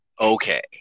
Okay